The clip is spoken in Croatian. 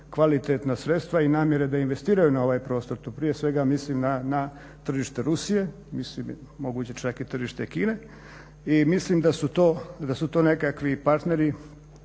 kvalitetna sredstva i namjere da investiraju na ovaj prostor. Tu prije svega mislim na tržište Rusije, mislim moguće čak i tržište Kine. I mislim da su to nekakvi partneri,